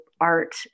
art